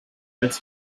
als